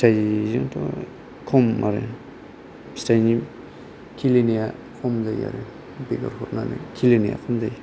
फिथाइजोंथ' खम आरो फिथाइनि खिलिनाया खम जायो आरो बेगर हरनानै खिलिनाया खम जायो